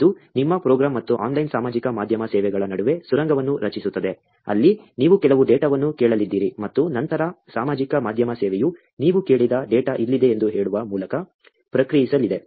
ಇದು ನಿಮ್ಮ ಪ್ರೋಗ್ರಾಂ ಮತ್ತು ಆನ್ಲೈನ್ ಸಾಮಾಜಿಕ ಮಾಧ್ಯಮ ಸೇವೆಗಳ ನಡುವೆ ಸುರಂಗವನ್ನು ರಚಿಸುತ್ತದೆ ಅಲ್ಲಿ ನೀವು ಕೆಲವು ಡೇಟಾವನ್ನು ಕೇಳಲಿದ್ದೀರಿ ಮತ್ತು ನಂತರ ಸಾಮಾಜಿಕ ಮಾಧ್ಯಮ ಸೇವೆಯು ನೀವು ಕೇಳಿದ ಡೇಟಾ ಇಲ್ಲಿದೆ ಎಂದು ಹೇಳುವ ಮೂಲಕ ಪ್ರತಿಕ್ರಿಯಿಸಲಿದೆ